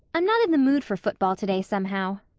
i'm not in the mood for football today somehow.